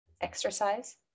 exercise